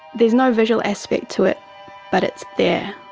there's no visual aspects to it but it's there,